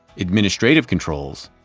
administrative controls,